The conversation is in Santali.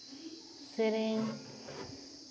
ᱥᱮᱨᱮᱧ